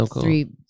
three